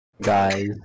guys